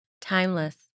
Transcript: Timeless